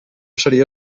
seria